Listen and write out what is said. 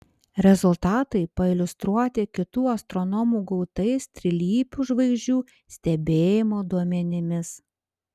rezultatai pailiustruoti kitų astronomų gautais trilypių žvaigždžių stebėjimo duomenimis